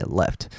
left